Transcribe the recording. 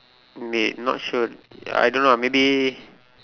may not sure I don't know ah maybe